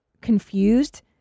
Confused